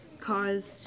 caused